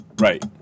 Right